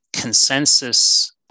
consensus